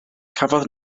cafodd